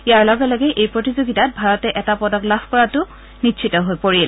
ইয়াৰ লগে লগে এই প্ৰতিযোগিতাত ভাৰতে এটা পদক লাভ কৰাৰ কথাও নিশ্চিত হৈ পৰিল